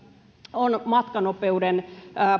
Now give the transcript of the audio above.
on matkanopeuden